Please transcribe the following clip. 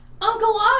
Uncle